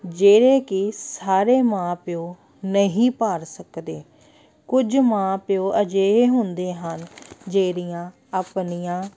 ਜਿਹੜੇ ਕਿ ਸਾਰੇ ਮਾਂ ਪਿਓ ਨਹੀਂ ਭਰ ਸਕਦੇ ਕੁਝ ਮਾਂ ਪਿਓ ਅਜਿਹੇ ਹੁੰਦੇ ਹਨ ਜਿਹੜੀਆਂ ਆਪਣੀਆਂ